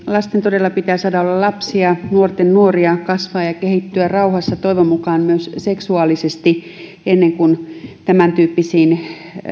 lasten todella pitää saada olla lapsia nuorten nuoria kasvaa ja kehittyä rauhassa toivon mukaan myös seksuaalisesti ennen kuin tämäntyyppisiin